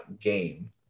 game